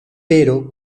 pero